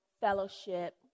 fellowship